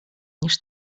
niż